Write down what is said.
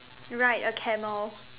ride a camel